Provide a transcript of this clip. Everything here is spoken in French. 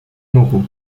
moreau